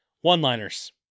One-liners